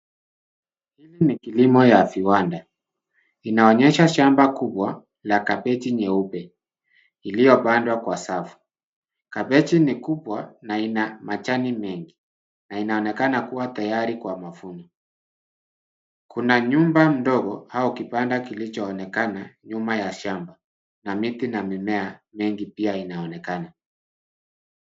Hili ni kilimo ya viwanda. Inaonyesha shamba kubwa la kabeji nyeupe iliyopandwa kwa safu. Kabeji ni kubwa na ina majani mengi na inaonekana kuwa tayari kwa mavuno. Kuna nyumba ndogo au kibanda kilichoonekana nyuma ya shamba na miti na mimea mengi pia inaonekana.